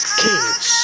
kings